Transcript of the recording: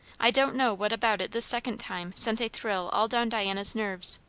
i don't know what about it this second time sent a thrill all down diana's nerves.